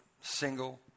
single